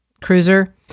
cruiser